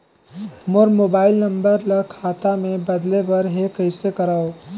मोर mobile number ल खाता मे बदले बर हे कइसे करव?